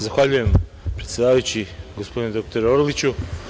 Zahvaljujem, predsedavajući gospodine doktore Orliću.